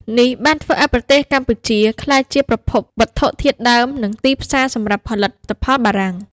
នេះបានធ្វើឱ្យប្រទេសកម្ពុជាក្លាយជាប្រភពវត្ថុធាតុដើម និងទីផ្សារសម្រាប់ផលិតផលបារាំង។